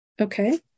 Okay